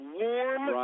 warm